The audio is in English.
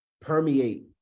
permeate